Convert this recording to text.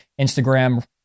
Instagram